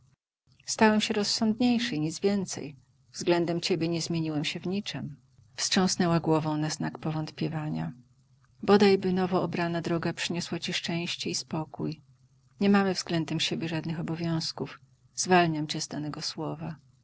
stałem się rozsądniejszy i nic więcej względem ciebie nie zmieniłem się w niczem wstrząsnęła głową na znak powątpiewania bodajby nowo obrana droga przyniosła ci szczęście i spokój nie mamy względem siebie żadnych obowiązków zwalniam cię z danego słowa